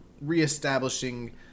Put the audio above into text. reestablishing